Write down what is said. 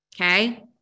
okay